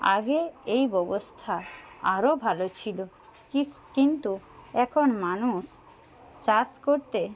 আগে এই ব্যবস্থা আরও ভালো ছিল কিন্তু মানুষ এখন চাষ করতে